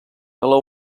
calor